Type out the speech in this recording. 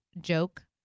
joke